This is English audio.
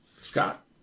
Scott